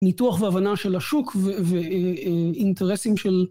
ניתוח והבנה של השוק ואינטרסים של...